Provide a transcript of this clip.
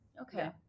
okay